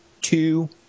two